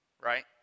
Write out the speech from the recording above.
Right